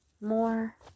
more